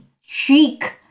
chic